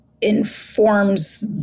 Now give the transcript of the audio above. informs